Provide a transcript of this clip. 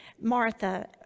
Martha